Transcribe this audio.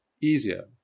easier